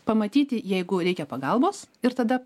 pamatyti jeigu reikia pagalbos ir tada